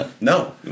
No